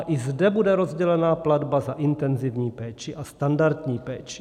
I zde bude rozdělena platba za intenzivní péči a standardní péči.